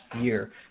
year